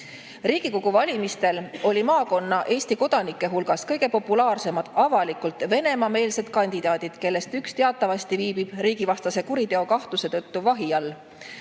Riigikogu valimistel olid maakonna Eesti kodanike hulgas kõige populaarsemad avalikult Venemaa-meelsed kandidaadid, kellest teatavasti üks viibib riigivastase kuriteo kahtluse tõttu vahi all.